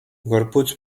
gorputz